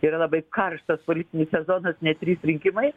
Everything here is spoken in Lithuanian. tai yra labai karštas politinis sezonas net trys rinkimai